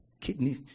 kidney